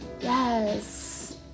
Yes